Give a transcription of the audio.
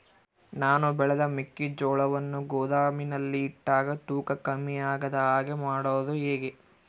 ನಾನು ಬೆಳೆದ ಮೆಕ್ಕಿಜೋಳವನ್ನು ಗೋದಾಮಿನಲ್ಲಿ ಇಟ್ಟಾಗ ತೂಕ ಕಮ್ಮಿ ಆಗದ ಹಾಗೆ ಮಾಡೋದು ಹೇಗೆ?